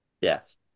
Yes